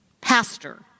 pastor